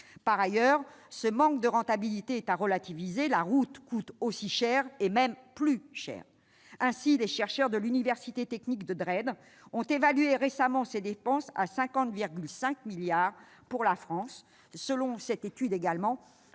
Par ailleurs, ce manque de rentabilité est à relativiser : la route coûte elle aussi très cher et même plus cher ! Ainsi, les chercheurs de l'université technique de Dresde ont évalué récemment ces dépenses à 50,5 milliards d'euros pour la France. Toujours selon cette étude, le